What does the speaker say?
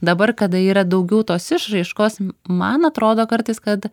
dabar kada yra daugiau tos išraiškos man atrodo kartais kad